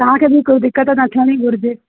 तव्हांखे बि कोई दिकत न थींदी घुरिजे